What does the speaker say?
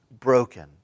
broken